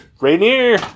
Rainier